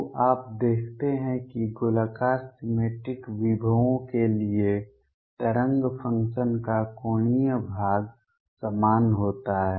तो आप देखते हैं कि गोलाकार सिमेट्रिक विभवों के लिए तरंग फंक्शन का कोणीय भाग समान होता है